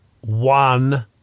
one